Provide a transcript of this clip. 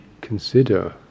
consider